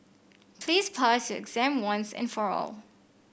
please pass your exam once and for all